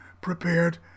prepared